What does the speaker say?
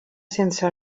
sense